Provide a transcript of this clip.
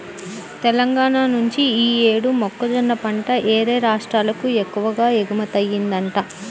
తెలంగాణా నుంచి యీ యేడు మొక్కజొన్న పంట యేరే రాష్ట్రాలకు ఎక్కువగా ఎగుమతయ్యిందంట